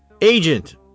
agent